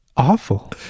Awful